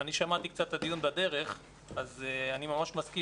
אני שמעתי קצת את הדיון בדרך ואני ממש מסכים